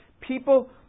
people